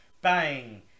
Bang